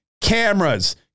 Cameras